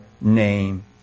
name